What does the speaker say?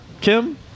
Kim